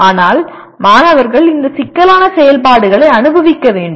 ஆனால் மாணவர்கள் இந்த சிக்கலான செயல்பாடுகளை அனுபவிக்க வேண்டும்